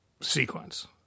sequence